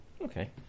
Okay